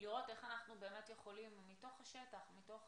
לראות איך אנחנו יכולים מתוך השטח, מתוך